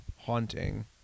haunting